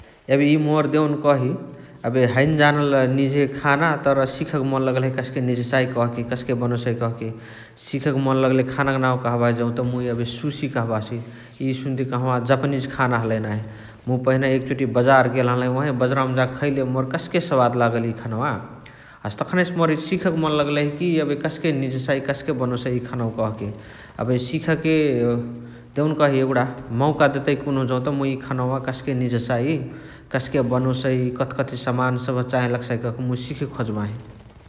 एबे इअ मोर देउनकही एबे हैने जानल निझैके खाना तर सिखके मन लगलही कसके निझसाइ कहके कस्के बनोसइ कहके सिखके मन लगलही खाना नाउ कहबाही जौत मुइ एबे सुसी कहबासु । इ सुन्ते कहावाअ जापानिज खाना हलइ नाही । मुइ पहिना एकचोती बजार गेल हलही ओहावाही बजारआवमा जाके खैले कस्के सवाद लागल इ खनवा । हसे तखानहिसे मोर सिखके मन लगलहिकी एबे कसके निझसाइ कसके बनोसइ इ खानवा कहाँके । एबे सिखके देउनकही एगुणा मौका देतइ कुनुहु जौत मुइ इ खानवा कस्के निझसाइ, कस्के बनोसइ कथी कथी समान सबह चाहे लगसाइ कहाँके मुइ सिखे खोजबाही ।